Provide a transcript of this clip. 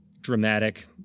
dramatic